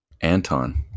Anton